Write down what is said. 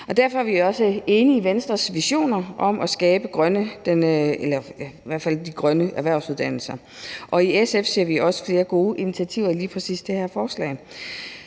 Derfor er vi også enige i Venstres visioner om de grønne erhvervsuddannelser, og i SF ser vi også flere gode initiativer i lige